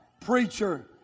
preacher